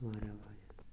واریاہ واریاہ